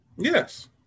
Yes